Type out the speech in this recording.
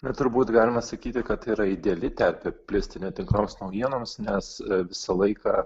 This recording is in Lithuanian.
na turbūt galima sakyti kad tai yra ideali terpė plisti netikroms naujienoms nes visą laiką